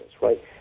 right